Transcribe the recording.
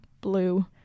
blue